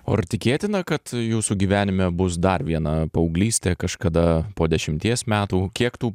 o ar tikėtina kad jūsų gyvenime bus dar viena paauglystė kažkada po dešimties metų kiek tų